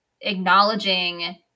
acknowledging